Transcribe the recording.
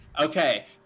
Okay